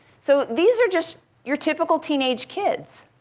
so these are just your typical teenage kids.